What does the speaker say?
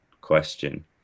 question